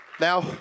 Now